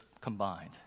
combined